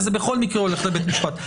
זה בכל מקרה הולך לבית משפט.